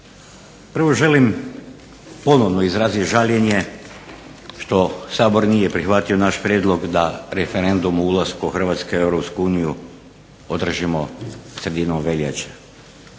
Prvo želim ponovno izraziti žaljenje što Sabor nije prihvatio naš prijedlog da referendum o ulasku Hrvatske u EU održimo sredinom veljače.